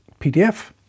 PDF